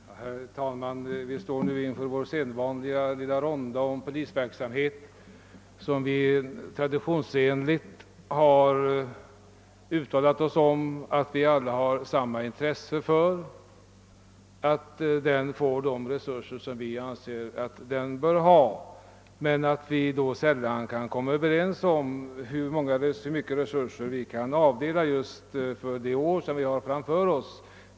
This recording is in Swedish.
Herr talman! Vi står nu inför den sedvanliga ronden om polisverksamheten. Vi har traditionsenligt uttalat oss om att vi härvidlag har samma intresse av att polisen får de resurser som den bör förfoga över. Vi kan dock sällan komma överens om hur mycket vi kan avdela för just det år vi har framför oss.